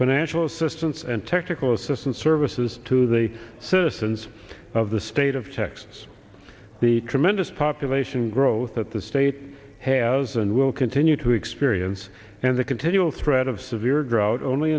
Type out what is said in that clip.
financial assistance and technical assistance services to the citizens of the state of texas the tremendous population growth that the state has and will continue to experience and the continual threat of severe drought only